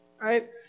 right